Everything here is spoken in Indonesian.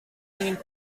ingin